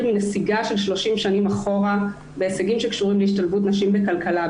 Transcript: מנסיגה של שלושים שנה אחורה בהישגים שקשורים להשתלבות של נשים בכלכלה,